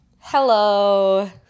Hello